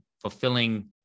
fulfilling